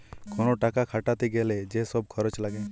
কোন টাকা খাটাতে গ্যালে যে সব খরচ লাগে